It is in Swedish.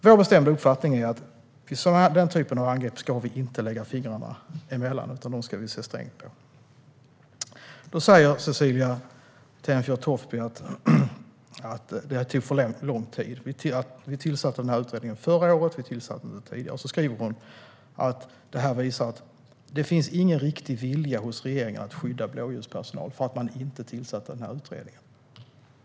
Vår bestämda uppfattning är att när det gäller denna typ av angrepp ska vi inte lägga fingrarna emellan utan se strängt på dessa angrepp. Cecilie Tenfjord-Toftby säger att detta tog för lång tid. Vi tillsatte denna utredning förra året. Hon skriver att detta visar att det inte finns någon riktig vilja hos regeringen att skydda blåljuspersonal, alltså för att vi inte tillsatte denna utredning tidigare.